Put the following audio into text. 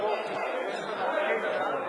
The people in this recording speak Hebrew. התרבות והספורט לחוק רשות השידור בדבר פיצול חוק